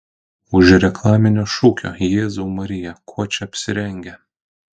už reklaminio šūkio jėzau marija kuo čia apsirengę